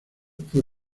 fue